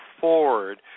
forward